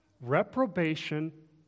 Reprobation